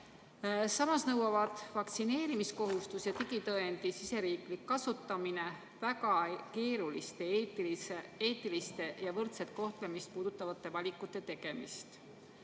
Samas nõuavad vaktsineerimiskohustus ja digitõendi kasutamine väga keeruliste eetiliste ja võrdset kohtlemist puudutavate valikute tegemist.